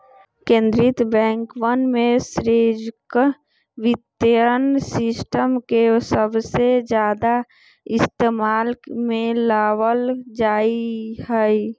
कीन्द्रीय बैंकवन में वैश्विक वित्तीय सिस्टम के सबसे ज्यादा इस्तेमाल में लावल जाहई